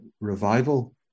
revival